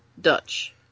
Dutch